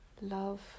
love